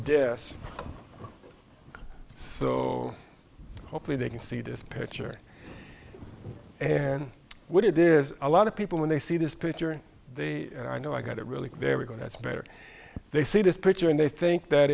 desk so hopefully they can see this picture and what it is a lot of people when they see this picture and i know i got it really very good that's better they see this picture and they think that